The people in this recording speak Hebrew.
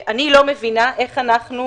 אני לא מבינה איך אנחנו